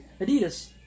Adidas